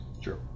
Sure